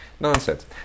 Nonsense